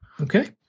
Okay